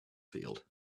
field